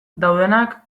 daudenak